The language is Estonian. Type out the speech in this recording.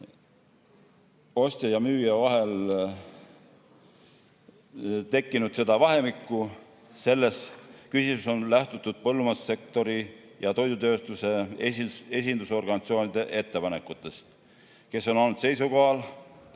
ostja ja müüja vahel tekkinud vahemikke. Selles küsimuses on lähtutud põllumajandussektori ja toidutööstuse esindusorganisatsioonide ettepanekutest, kes on olnud seisukohal,